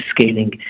scaling